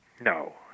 No